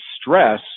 stress